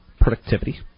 productivity